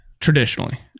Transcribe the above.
traditionally